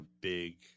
big